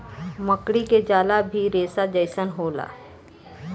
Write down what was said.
मकड़ी के जाला भी रेसा जइसन होला